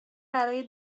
برای